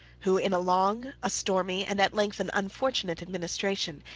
who, in a long, a stormy, and at length an unfortunate administration,